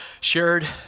shared